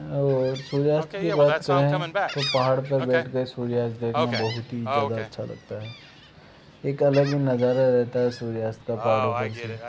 और सूर्यास्त की बात करें तो पहाड़ पर बैठ कर सूर्यास्त देखना बहुत ही ज़्यादा अच्छा लगता है एक अलग ही नज़ारा रहता है सूर्यास्त का पहाड़ों पर से